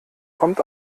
kommt